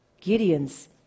Gideon's